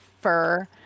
fur